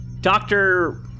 Doctor